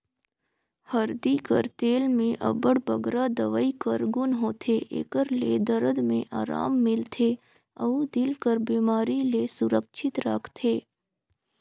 हरदी कर तेल में अब्बड़ बगरा दवई कर गुन होथे, एकर ले दरद में अराम मिलथे अउ दिल कर बेमारी ले सुरक्छित राखथे